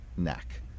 neck